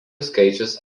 skaičius